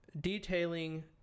detailing